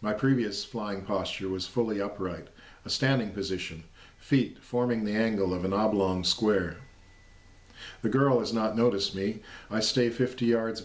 my previous flying posture was fully upright standing position feet forming the angle of an oblong square the girl is not notice me i stay fifty yards